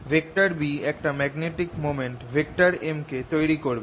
B একটা magnetic moment M কে তৈরি করবে